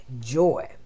joy